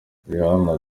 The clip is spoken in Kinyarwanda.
rihanna